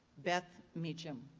beth mechum.